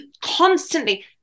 constantly